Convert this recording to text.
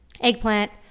eggplant